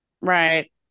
Right